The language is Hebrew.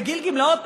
וגיל גמלאות,